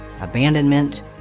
Abandonment